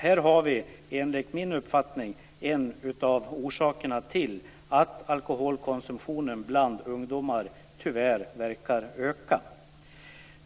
Här har vi enligt min uppfattning en av orsakerna till att alkoholkonsumtionen bland ungdomar tyvärr verkar öka.